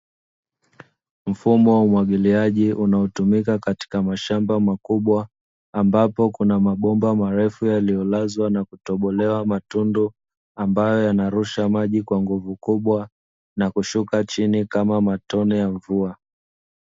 Mfumo wa umwagiliaji unaotumika katika mashamba makubwa. Ambapo kuna mabomba marefu yaliyolazwa na kutobolewa matundu, ambayo yanarusha maji kwa nguvu kubwa na kushuka chini kama matone ya mvua.